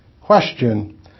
Question